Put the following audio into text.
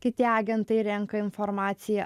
kiti agentai renka informaciją